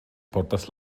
portes